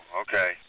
okay